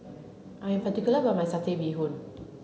I am particular about my satay bee hoon